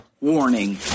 warning